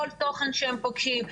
כל תוכן שהם פוגשים,